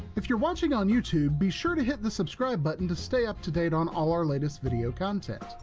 if you're watching on youtube, be sure to hit the subscribe button to stay up to date on all our latest video content.